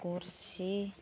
गरसि